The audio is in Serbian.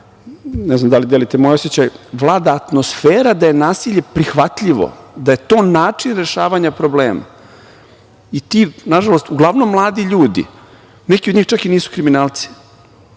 ne znam da li delite moj osećaj, vlada atmosfera da je nasilje prihvatljivo, da je to način rešavanja problema. Nažalost, uglavnom su to mladi ljudi. Neki od njih čak i nisu kriminalci. Ovi